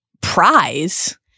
prize